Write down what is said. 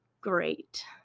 great